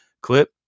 clip